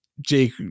jake